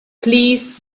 please